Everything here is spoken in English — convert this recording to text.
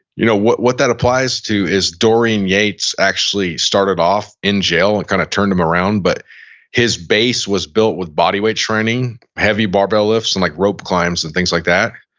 you know what what that applies to, is dorian yates actually started off in jail. it and kind of turned him around, but his base was built with bodyweight training, heavy barbell lifts and like rope climbs and things like that.